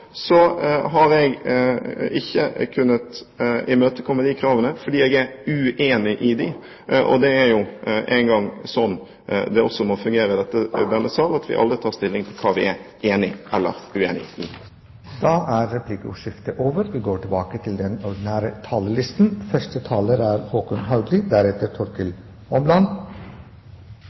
så viktig for oss. Derfor har jeg ikke kunnet imøtekomme de kravene, fordi jeg er uenig i dem. Det er jo engang slik det også må fungere i denne sal, at vi alle tar stilling til hva vi er enige eller uenige i. Replikkordskiftet er omme. De talere som heretter får ordet, har en taletid på inntil 3 minutter. Historien er